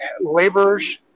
laborers